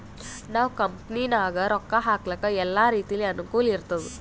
ನಾವ್ ಕಂಪನಿನಾಗ್ ರೊಕ್ಕಾ ಹಾಕ್ಲಕ್ ಎಲ್ಲಾ ರೀತಿಲೆ ಅನುಕೂಲ್ ಇರ್ತುದ್